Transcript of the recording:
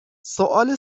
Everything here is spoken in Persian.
سوال